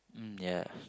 mm ya